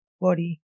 body